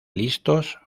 listos